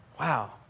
Wow